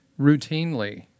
routinely